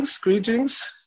greetings